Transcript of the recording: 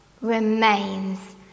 remains